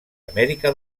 amèrica